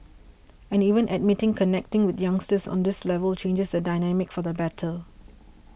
and even admitting connecting with youngsters on this level changes the dynamics for the better